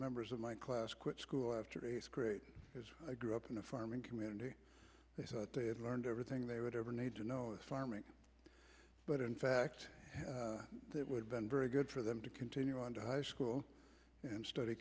members of my class quit school after a scrape because i grew up in a farming community they thought they had learned everything they would ever need to know farming but in fact that would been very good for them to continue on to high school and study